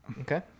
okay